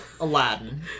Aladdin